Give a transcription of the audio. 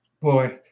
Boy